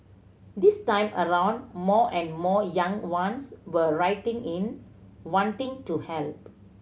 this time around more and more young ones were writing in wanting to help